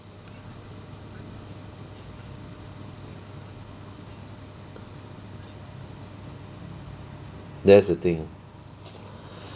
that's the thing